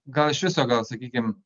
gal iš viso gal sakykim